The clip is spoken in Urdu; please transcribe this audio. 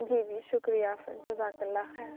جی جی شُکریہ آپ کا جزاک اللہ خیر